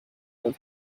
the